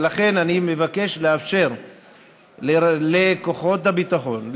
ולכן אני מבקש לאפשר לכוחות הביטחון,